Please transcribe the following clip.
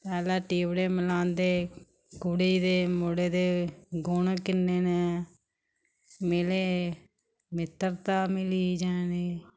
पैह्ले टिबड़े मलांदे कुड़ी दे मुड़े दे गुण किन्ने न मिले मित्रता मिली जानी